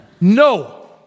No